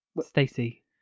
stacy